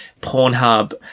Pornhub